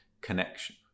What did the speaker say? connection